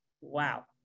Wow